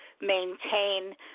maintain